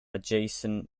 adjacent